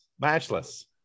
Matchless